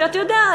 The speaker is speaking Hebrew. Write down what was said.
ואתה יודע,